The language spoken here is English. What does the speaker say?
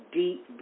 deep